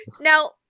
Now